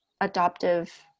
adoptive